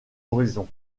horizons